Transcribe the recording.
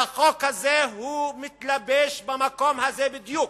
והחוק הזה הוא מתלבש במקום הזה בדיוק.